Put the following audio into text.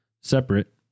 separate